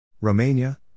Romania